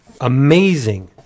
amazing